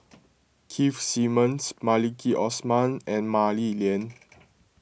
Keith Simmons Maliki Osman and Mah Li Lian